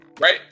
Right